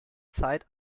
zeit